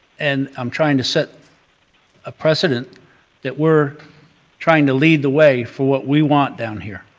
and i'm trying to set a precedent that we're trying to lead the way for what we want down here.